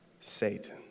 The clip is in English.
Satan